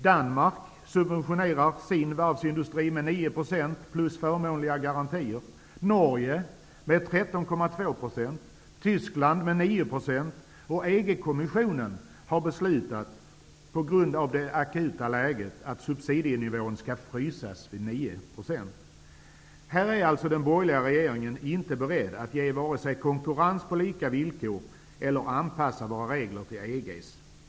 Danmark subventionerar sin varvsindustri med Tyskland sin med 9 %. EG-kommissionen har å sin sida beslutat att på grund av det akuta läget subsidienivån skall frysas vid 9 %. Här är alltså den borgerliga regeringen inte beredd att vare sig upprätthålla konkurrens på lika villkor eller anpassa våra regler till EG:s.